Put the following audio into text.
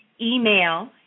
email